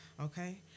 okay